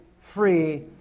free